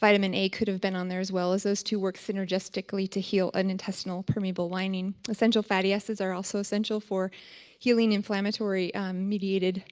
vitamin a could have been on there as well as those two work synergistically to heal an intestinal permeable lining. essential fatty acids are also essential for healing inflammatory mediated